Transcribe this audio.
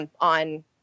on